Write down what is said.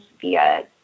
via